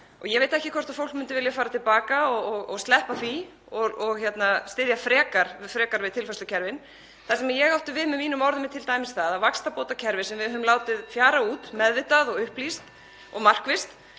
Ég veit ekki hvort fólk myndi vilja fara til baka og sleppa því og styðja frekar við tilfærslukerfin. Það sem ég átti við með mínum orðum er t.d. það að vaxtabótakerfið sem við höfum látið fjara út, (Forseti hringir.) meðvitað og upplýst og markvisst